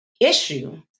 issue